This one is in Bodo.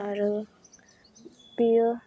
आरो बियो